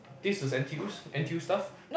this was n_t_u's n_t_u's stuff